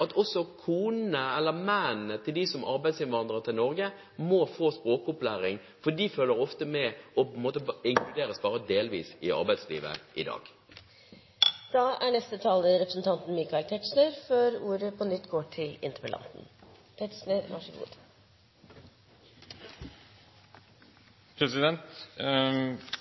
at konene eller mennene til dem som er arbeidsinnvandrere til Norge, må få språkopplæring, for de følger ofte med og inkluderes på en måte bare delvis i arbeidslivet i dag.